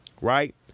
right